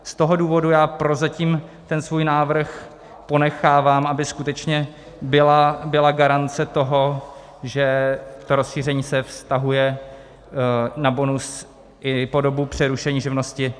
Z toho důvodu já prozatím ten svůj návrh ponechávám, aby skutečně byla garance toho, že to rozšíření se vztahuje na bonus i po dobu přerušení živnosti.